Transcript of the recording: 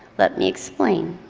let me explain.